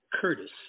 Curtis